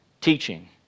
teaching